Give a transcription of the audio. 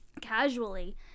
casually